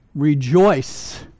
Rejoice